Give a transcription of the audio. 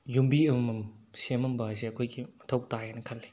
ꯌꯨꯝꯕꯤ ꯑꯃꯃꯝ ꯁꯦꯝꯃꯝꯕ ꯍꯥꯏꯁꯦ ꯑꯩꯈꯣꯏꯒꯤ ꯃꯊꯧ ꯇꯥꯏ ꯍꯥꯏꯅ ꯈꯜꯂꯤ